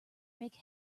make